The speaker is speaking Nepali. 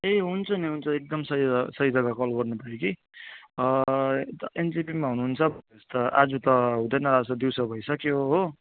ए हुन्छ नि हुन्छ एकदम सही सहि जग्गा कल गर्नु भयो कि एनजेपीमा हुनुहुन्छ भनेपछि त आज त हुँदैन आज त दिउँसो भइसक्यो हो